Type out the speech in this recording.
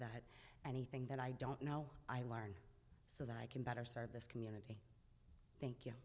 that anything that i don't know i learn so that i can better serve this community thank you